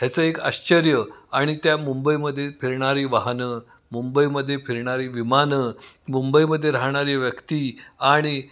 ह्याचं एक आश्चर्य आणि त्या मुंबईमध्ये फिरणारी वाहनं मुंबईमध्ये फिरणारी विमानं मुंबईमध्ये राहणारी व्यक्ती आणि